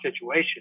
situation